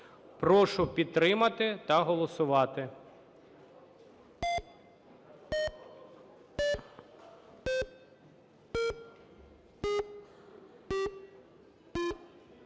Прошу підтримати та голосувати.